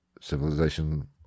Civilization